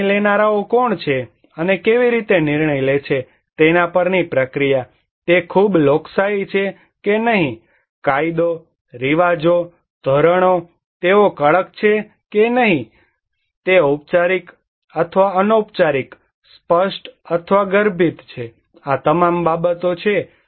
નિર્ણય લેનારાઓ કોણ છે અને કેવી રીતે નિર્ણય લે છે તેના પરની પ્રક્રિયા તે ખૂબ લોકશાહી છે કે નહીં કાયદો રિવાજો ધોરણો તેઓ કડક છે કે નહીં તે ઔપચારિક અથવા અનૌપચારિક સ્પષ્ટ અથવા ગર્ભિત છે આ તમામ બાબતો છે